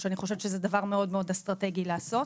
שאני חושבת שזה דבר מאוד מאוד אסטרטגי לעשות